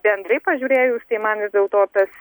bendrai pažiūrėjus tai man vis dėlto tas